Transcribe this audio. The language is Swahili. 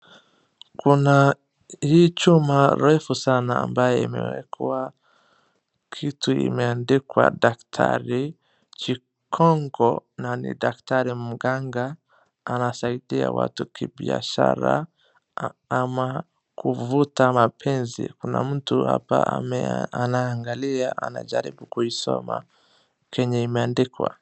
Kuna hii chuma refu sana ambaye imewekwa kwa kitu imeandikwa Daktari Chikongo na ni daktari mganga, anasaidia watu kibiashara ama kuvuta mapenzi. Kuna mtu hapa anaangalia anajaribu kusoma kenye imeandikwa.